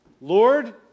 Lord